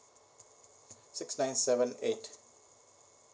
six nine seven eight